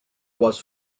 was